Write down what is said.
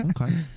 Okay